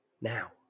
Now